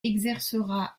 exercera